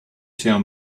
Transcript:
tell